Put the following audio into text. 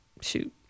shoot